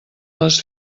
les